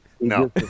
No